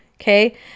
okay